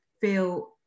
feel